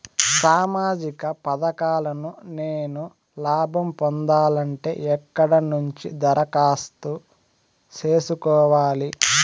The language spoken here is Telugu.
సామాజిక పథకాలను నేను లాభం పొందాలంటే ఎక్కడ నుంచి దరఖాస్తు సేసుకోవాలి?